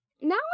now